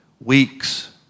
weeks